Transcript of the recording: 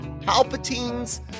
Palpatine's